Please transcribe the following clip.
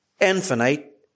infinite